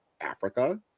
Africa